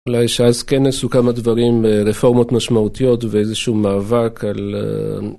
אולי שאז כן נעשו כמה דברים, רפורמות משמעותיות ואיזשהו מאבק על...